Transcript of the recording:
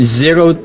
zero